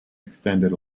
extended